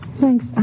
Thanks